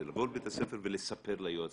זה לבוא לבית הספר ולספר ליועצים,